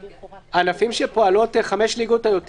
הענפים שפועלות 5 ליגות או יותר